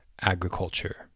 agriculture